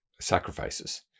sacrifices